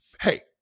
hey